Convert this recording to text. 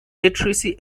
literacy